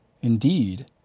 Indeed